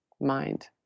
mind